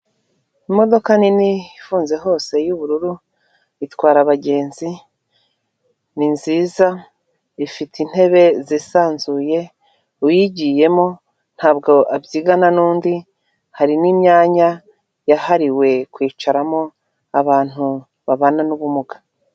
Imodoka nini ifunze hose y'ubururu, itwara abagenzi, ni nziza, ifite intebe zisanzuye, uyigiyemo ntabwo abyigana n'undi, hari n'imyanya yahariwe kwicaramo abantu babana n'ubumuga.